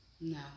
No